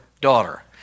daughter